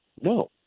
no